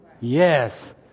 Yes